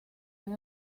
han